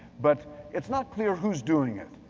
but it's not clear who's doing it.